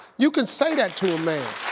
you can say that to a man.